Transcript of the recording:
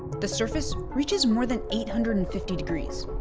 the surface reaches more than eight hundred and fifty degrees,